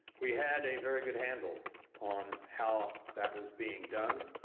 we had a very good handle on how that was being done,